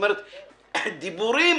דיבורים